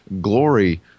glory